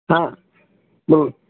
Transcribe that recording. হ্যাঁ বলুন